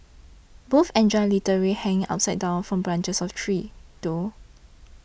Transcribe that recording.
both enjoy literally hanging upside down from branches of trees though